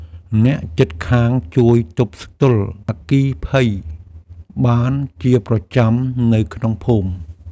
អ្នកជិតខាងជួយទប់ទល់អគ្គីភ័យបានជាប្រចាំនៅក្នុងភូមិ។